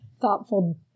thoughtful